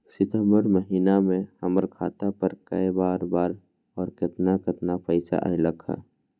सितम्बर महीना में हमर खाता पर कय बार बार और केतना केतना पैसा अयलक ह?